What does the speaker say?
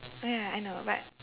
oh ya I know but